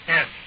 Yes